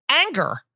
anger